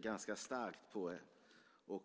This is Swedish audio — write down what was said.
ganska starkt rider på.